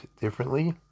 differently